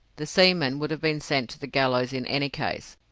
the seamen would have been sent to the gallows in any case,